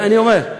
אני אומר,